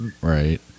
right